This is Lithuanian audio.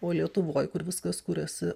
o lietuvoj kur viskas kuriasi